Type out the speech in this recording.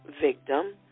victim